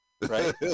Right